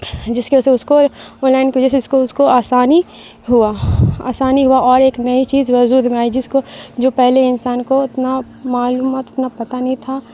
جس کے وجہ سے اس کو آن لائن کی وجہ سے اس کو اس کو آسانی ہوا آسانی ہوا اور ایک نئی چیز وجود میں آئی جس کو جو پہلے انسان کو اتنا معلومات اتنا پتہ نہیں تھا